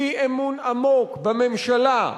אי-אמון עמוק בממשלה,